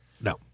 No